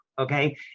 Okay